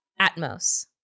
Atmos